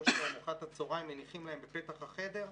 ואת ארוחת הצהריים שלהם ומניחים להם בפתח החדר,